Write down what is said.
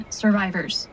survivors